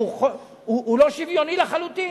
שהוא לא שוויוני לחלוטין.